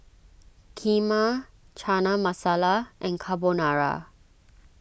Kheema Chana Masala and Carbonara